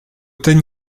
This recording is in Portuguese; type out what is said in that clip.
tenho